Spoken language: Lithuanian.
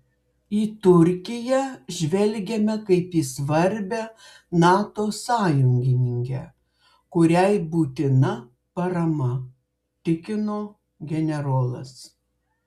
į turkiją žvelgiame kaip į svarbią nato sąjungininkę kuriai būtina parama tikino generolas